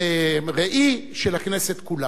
כראי של הכנסת כולה.